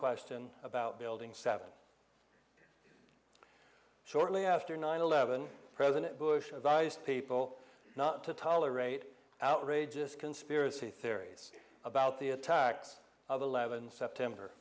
question about building seven shortly after nine eleven president bush advised people not to tolerate outrageous conspiracy theories about the attacks of eleven september